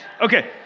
Okay